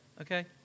Okay